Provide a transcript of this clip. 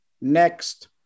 Next